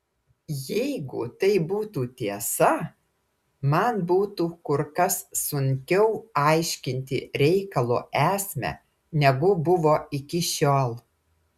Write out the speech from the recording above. jeigu tai būtų tiesa man būtų kur kas sunkiau aiškinti reikalo esmę negu buvo iki šiol